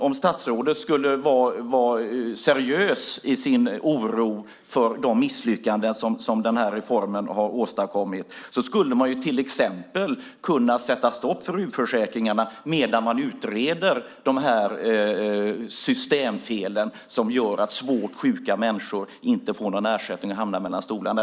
Om statsrådet skulle vara seriös i sin oro för de misslyckanden som denna reform har åstadkommit skulle man till exempel kunna sätta stopp för utförsäkringarna medan man utreder de systemfel som gör att svårt sjuka människor inte får någon ersättning och hamnar mellan stolarna.